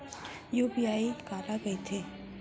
UPI काला कहिथे?